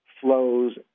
flows